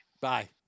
Bye